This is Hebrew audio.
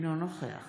אינו נוכח